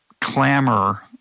clamor